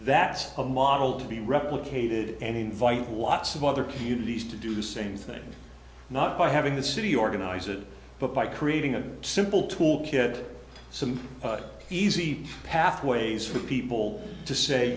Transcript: that's a model to be replicated and invite watts of other communities to do the same thing not by having the city organize it but by creating a simple tool kit some easy pathways for people to say